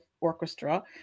orchestra